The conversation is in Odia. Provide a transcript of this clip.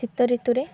ଶୀତଋତୁରେ